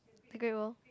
the great world